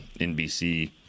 NBC